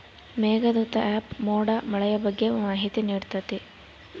Meghdoot app ಮೋಡ ಮಳೆಯ ಬಗ್ಗೆ ಮಾಹಿತಿ ನಿಡ್ತಾತ